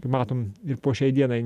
matom ir po šiai dienai